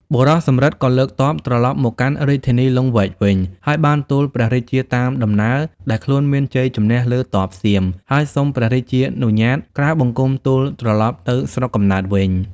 បុរសសំរិទ្ធក៏លើកទ័ព ត្រឡប់មកកាន់រាជធានីលង្វែកវិញ ហើយបានទូលព្រះរាជាតាមដំណើរដែលខ្លួនមានជ័យជម្នះលើទ័ពសៀម ហើយសុំព្រះរាជានុញ្ញាតក្រាបបង្គំទូលត្រឡប់ទៅស្រុកកំណើតវិញ ។